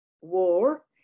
war